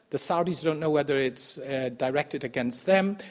the saudis don't know whether it's and directed against them.